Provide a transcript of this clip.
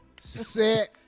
set